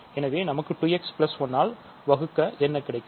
எனவே நமக்கு 2 x 1 ஆல் வகுக்க என்ன கிடைக்கும்